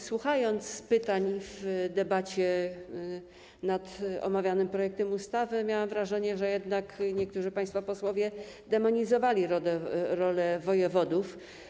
Słuchając pytań w debacie nad omawianym projektem ustawy, miałam wrażenie, że jednak niektórzy państwo posłowie demonizowali rolę wojewodów.